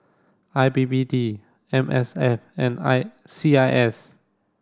I P P T M S F and I C I S